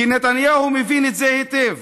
כי נתניהו מבין את זה היטב: